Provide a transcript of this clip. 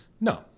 No